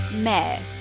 meh